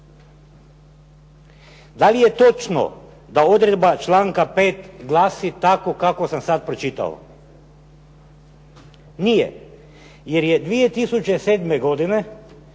Da li je točno da odredba članka 5. glasi tako kako sam sada pročitao? Nije. Jer je 2007. godine